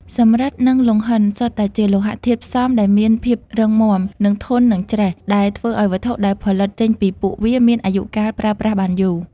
សំរឹទ្ធ និងលង្ហិនសុទ្ធតែជាលោហៈធាតុផ្សំដែលមានភាពរឹងមាំ និងធន់នឹងច្រេះ ដែលធ្វើឲ្យវត្ថុដែលផលិតចេញពីពួកវាមានអាយុកាលប្រើប្រាស់បានយូរ។